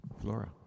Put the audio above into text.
Flora